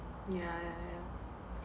ya ya ya